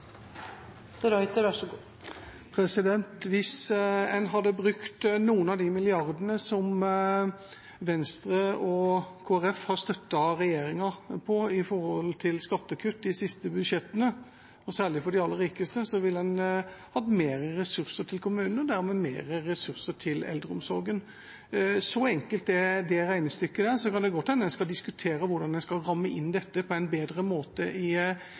milliardene som Venstre og Kristelig Folkeparti har støttet regjeringa i knyttet til skattekutt i de siste budsjettene – og særlig for de aller rikeste – ville en hatt flere ressurser til kommunene og dermed flere ressurser til eldreomsorgen. Så enkelt er det regnestykket. Så kan det godt hende en skal diskutere hvordan en skal ramme inn dette på en bedre måte i